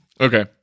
Okay